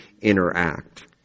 interact